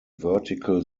vertical